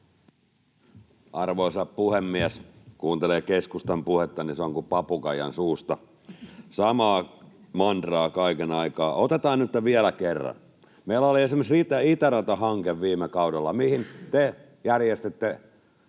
Arvoisa puhemies! Kun kuuntelee keskustan puhetta, niin se on kuin papukaijan suusta. Samaa mantraa kaiken aikaa. Otetaan nytten vielä kerran: Meillä oli esimerkiksi itäratahanke viime kaudella, mihin te järjestitte